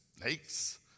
Snakes